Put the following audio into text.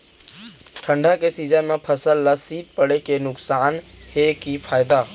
ठंडा के सीजन मा फसल मा शीत पड़े के नुकसान हे कि फायदा?